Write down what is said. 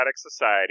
society